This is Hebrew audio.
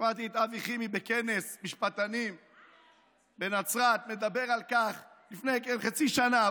שמעתי את אבי חימי בכנס משפטנים בנצרת לפני כחצי שנה,